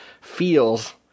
feels